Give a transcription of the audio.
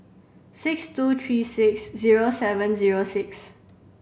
six two three six zero seven zero six